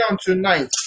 tonight